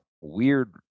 weird